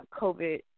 COVID